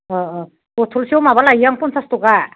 बथलसेयाव माबा लायो आं पन्सास ताका